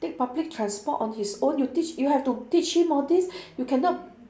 take public transport on his own you teach you have to teach him all this you cannot